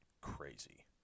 crazy